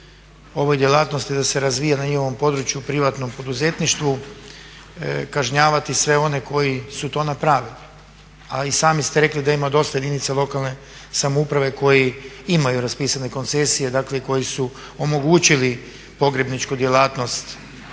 ovoj djelatnosti da se razvija na njihovom području u privatnom poduzetništvu kažnjavati sve one koji su to napravili. A i sami ste rekli da ima dosta jedinica lokalne samouprave koji imaju raspisane koncesije, dakle koji su omogućili pogrebničku djelatnost